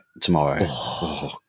tomorrow